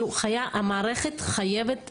המערכת חייבת